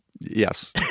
Yes